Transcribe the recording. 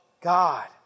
God